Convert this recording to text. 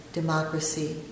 democracy